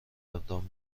ادغام